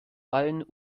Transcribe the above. allen